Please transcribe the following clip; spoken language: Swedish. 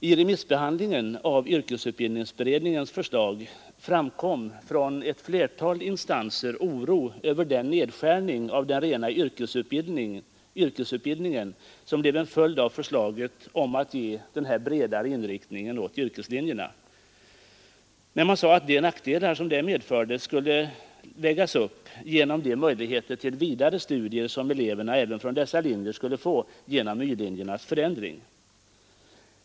I remissbehandlingen av yrkesutbildningsberedningens förslag framkom från ett flertal instanser oro över den nedskärning av den rena yrkesutbildningen som blev en följd av förslaget om att ge en bredare inriktning åt yrkeslinjerna. Man sade dock att de nackdelar som detta medförde lätt skulle vägas upp genom de möjligheter till vidare studier som eleverna även från dessa linjer skulle få genom y-linjernas förändring.